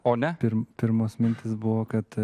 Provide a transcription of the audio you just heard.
o net ir pirmos mintys buvo kad